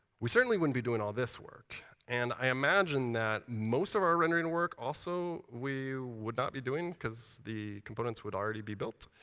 we certainly wouldn't be doing all this work. and i imagine that most of our rendering work also we would not be doing. because the components would already be built.